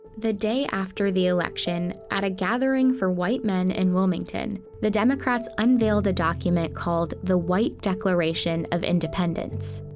the day after the election, at a gathering for white men in wilmington, the democrats unveiled a document they called the white declaration of independence.